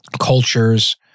cultures